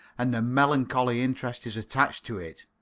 and a melancholy interest is attached to it.